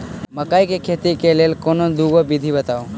मकई केँ खेती केँ लेल कोनो दुगो विधि बताऊ?